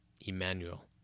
Emmanuel